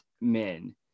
men